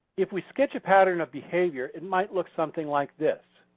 if we sketch a pattern of behavior it might look something like this.